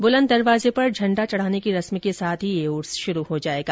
बुलंद दरवाजे पर झंड़ा चढ़ाने की रस्म के साथ ही यह उर्स शुरू हो जाएगा